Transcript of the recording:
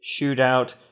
shootout